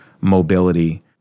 mobility